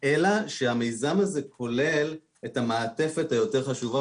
אלא שהמיזם הזה כולל את המעטפת היותר חשובה,